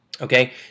Okay